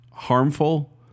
harmful